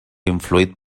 influït